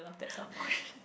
oh shit